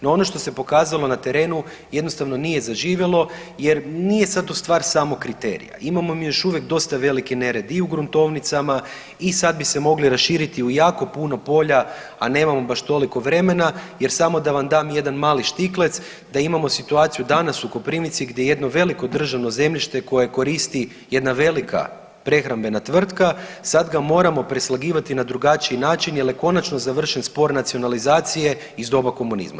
No ono što se pokazalo na terenu jednostavno nije zaživjelo jer nije sad tu samo stvar samo kriterija, imamo mi još uvijek dosta veliki nered i u gruntovnicama i sad bi se mogli raširiti u jako puno polja, a nemamo baš toliko vremena jer samo da vam dam jedan mali štiklec da imamo situaciju danas u Koprivnici gdje jedno veliko državno zemljište koje koristi jedna velika prehrambena tvrtka sad ga moramo preslagivati na drugačiji način jel je konačno završen spor nacionalizacije iz doba komunizma.